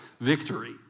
victory